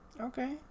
Okay